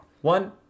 One